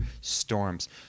storms